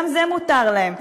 גם זה מותר להם.